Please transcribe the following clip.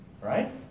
right